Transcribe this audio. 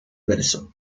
verso